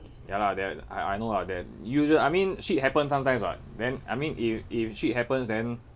ya lah then I I know lah then usua~ I mean shit happens sometimes [what] then I mean if if shit happens then